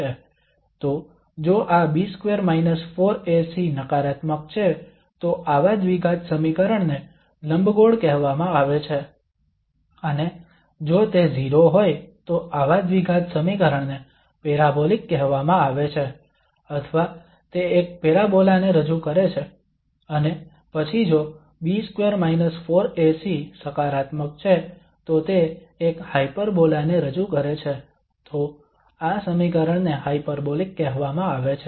તો જો આ B2 4AC નકારાત્મક છે તો આવા દ્વિઘાત સમીકરણને લંબગોળ કહેવામાં આવે છે અને જો તે 0 હોય તો આવા દ્વિઘાત સમીકરણને પેરાબોલિક કહેવામાં આવે છે અથવા તે એક પેરાબોલા ને રજૂ કરે છે અને પછી જો B2 4AC સકારાત્મક છે તો તે એક હાયપરબોલા ને રજૂ કરે છે તો આ સમીકરણને હાયપરબોલિક કહેવામાં આવે છે